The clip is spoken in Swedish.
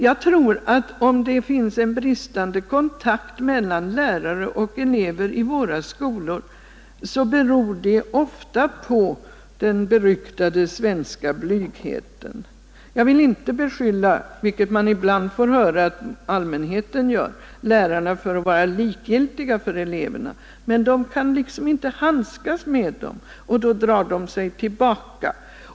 Jag tror att om det finns en bristande kontakt mellan lärare och elever i våra skolor så beror det ofta på den beryktade svenska blygheten. Jag vill inte beskylla — vilket man ibland får höra att allmänheten gör — lärarna för att vara likgiltiga för eleverna. Men de kan liksom inte handskas med dem, och då drar de sig tillbaka.